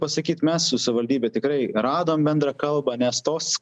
pasakyt mes su savaldybe tikrai radom bendrą kalbą nes tos